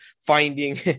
finding